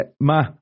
Ma